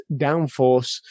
downforce